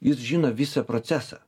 jis žino visą procesą